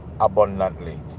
abundantly